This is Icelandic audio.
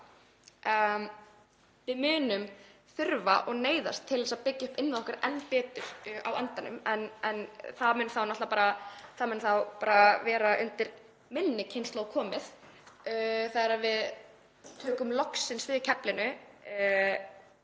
Við munum þurfa og neyðast til að byggja upp innviði okkar enn betur á endanum en það mun þá náttúrlega bara vera undir minni kynslóð komið þegar við tökum loksins við keflinu